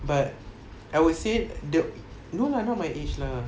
but I would say the no lah not my age lah